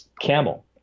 Camel